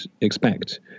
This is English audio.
expect